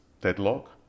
deadlock